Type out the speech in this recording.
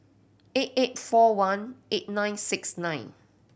eight eight four one eight nine six nine